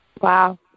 Wow